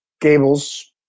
Gables